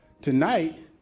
Tonight